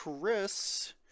Chris